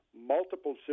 multiple